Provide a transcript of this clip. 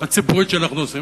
הציבורית שאנחנו עושים.